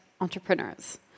entrepreneurs